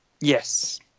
Yes